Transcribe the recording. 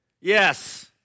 Yes